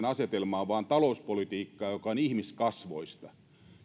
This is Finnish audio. asetelmaan vaan talouspolitiikkaan joka on ihmiskasvoista